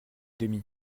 demi